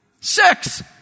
six